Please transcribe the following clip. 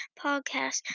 podcast